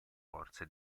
forze